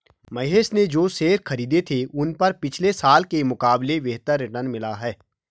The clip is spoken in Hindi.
महेश ने जो शेयर खरीदे थे उन पर पिछले साल के मुकाबले बेहतर रिटर्न मिला है